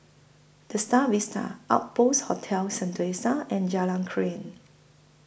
The STAR Vista Outpost Hotel Sentosa and Jalan Krian